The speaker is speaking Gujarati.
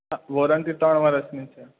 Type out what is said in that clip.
હા વૉરંટી ત્રણ વર્ષની છે